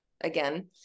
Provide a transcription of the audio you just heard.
again